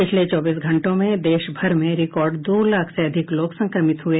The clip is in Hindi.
पिछले चौबीस घंटों में देश भर में रिकार्ड दो लाख से अधिक लोग संक्रमित हुए